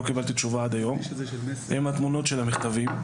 לא קיבלתי תשובה עד היום, עם התמונות של המכתבים.